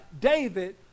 David